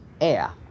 air